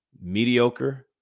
mediocre